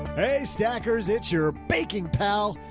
hey stackers. it's your baking pal.